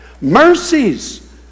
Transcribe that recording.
Mercies